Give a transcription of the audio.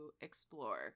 explore